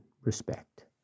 respect